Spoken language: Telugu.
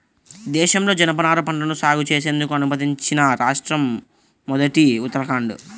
దేశంలో జనపనార పంటను సాగు చేసేందుకు అనుమతించిన మొదటి రాష్ట్రం ఉత్తరాఖండ్